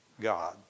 God